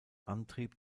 antrieb